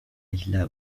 isla